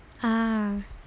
ah